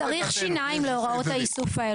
צריך שיניים להוראות האיסוף האלה.